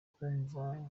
kumva